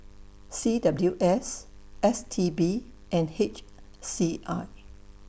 C W S S T B and H C I